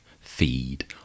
feed